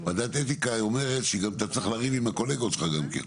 ועדת אתיקה אומרת שאתה צריך לריב עם הקולגות שלך גם כן.